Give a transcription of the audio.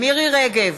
מירי רגב,